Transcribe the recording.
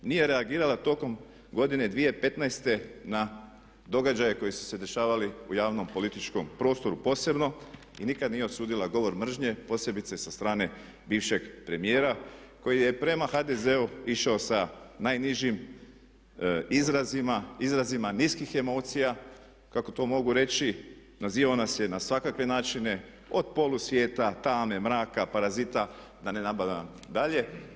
Nije reagirala tokom godine 2015. na događaje koji su se dešavali u javnom političkom prostoru posebno i nikad nije osudila govor mržnje posebice sa strane bivšeg premijera koji je prema HDZ-u išao sa najnižim izrazima, izrazima niskih emocija kako to mogu reći, nazivao nas je na svakakve načine, od polusvijeta, tame, mraka, parazita da ne nabrajam dalje.